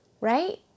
right